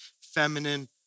feminine